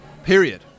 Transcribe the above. Period